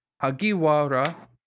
Hagiwara